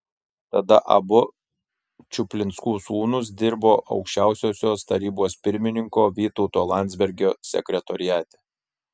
tada abu čuplinskų sūnūs dirbo aukščiausiosios tarybos pirmininko vytauto landsbergio sekretoriate